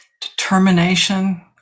determination